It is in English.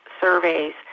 surveys